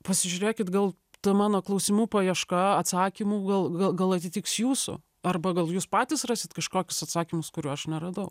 pasižiūrėkit gal ta mano klausimų paieška atsakymų gal gal gal atitiks jūsų arba gal jūs patys rasit kažkokius atsakymus kurių aš neradau